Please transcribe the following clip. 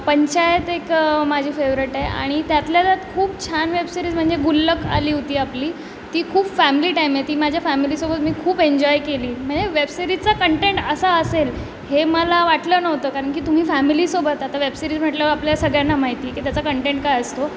पंचायत एक माझी फेवरेट आहे आणि त्यातल्या खूप छान वेबसिरीज म्हणजे गुल्लक आली होती आपली ती खूप फॅमिली टाईम आहे ती माझ्या फॅमिलीसोबत मी खूप एन्जॉय केली म्हणजे वेबसिरीजचा कंटेंट असा असेल हे मला वाटलं नव्हतं कारण की तुम्ही फॅमिलीसोबत आता वेबसिरीज म्हटल्यावं आपल्या सगळ्यांना माहिती की त्याचा कंटेंट काय असतो